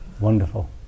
Wonderful